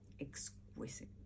exquisite